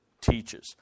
teaches